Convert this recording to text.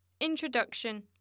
Introduction